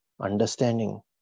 understanding